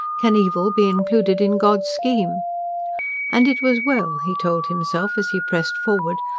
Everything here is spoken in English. can evil be included in god's scheme and it was well, he told himself, as he pressed forward,